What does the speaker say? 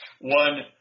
One